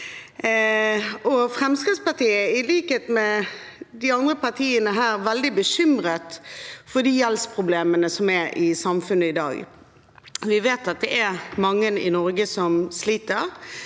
Fremskrittspartiet er i likhet med de andre partiene veldig bekymret for de gjeldsproblemene som er i samfunnet i dag. Vi vet at det er mange i Norge som sliter.